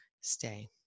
stay